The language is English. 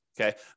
Okay